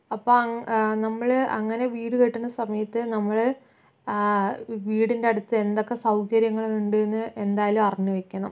അപ്പോൾ നമ്മള് അങ്ങനെ വീട് കെട്ടണ സമയത്ത് നമ്മള് വീടിന്റെയടുത്ത് എന്തൊക്കെ സൗകര്യങ്ങൾ ഉണ്ട് എന്ന് എന്തായാലും അറിഞ്ഞു വയ്ക്കണം